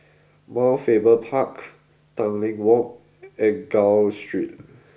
Mount Faber Park Tanglin Walk and Gul Street